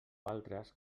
altres